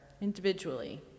individually